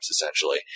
essentially